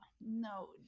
no